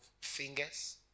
fingers